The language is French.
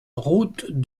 route